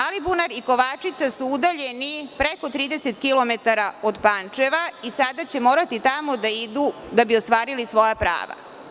Alibunar i Kovačica su udaljeni preko 30 kilometara od Pančeva i sada će morati tamo da idu da bi ostvarili svoja prava.